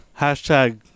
hashtag